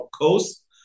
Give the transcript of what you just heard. coast